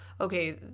okay